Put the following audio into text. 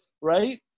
right